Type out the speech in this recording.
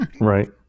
Right